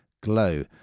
Glow